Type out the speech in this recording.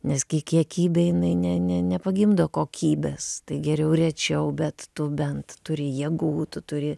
nes gi kiekybė jinai ne ne nepagimdo kokybės tai geriau rečiau bet tu bent turi jėgų tu turi